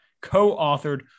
co-authored